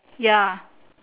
ya